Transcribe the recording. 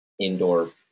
indoor